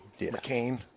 McCain